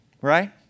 Right